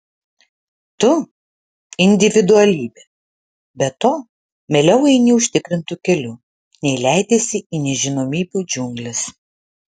tu individualybė be to mieliau eini užtikrintu keliu nei leidiesi į nežinomybių džiungles